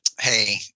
Hey